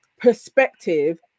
perspective